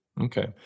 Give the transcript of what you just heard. Okay